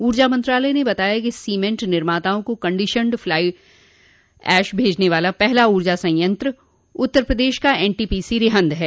उर्जा मंत्रालय ने बताया है कि सीमेंट विनिर्माताओं को कंडीशंड फ्लाई एश भेजने वाला पहला उर्जा संयंत्र उत्तर प्रदेश का एनटीपीसी रिहंद है